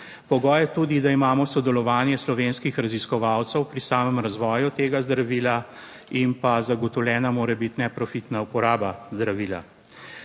Pogoj je tudi, da imamo sodelovanje slovenskih raziskovalcev pri samem razvoju tega zdravila in pa zagotovljena mora biti neprofitna uporaba zdravila.